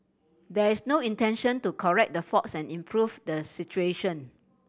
there is no intention to correct the faults and improve the situation